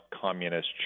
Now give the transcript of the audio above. communist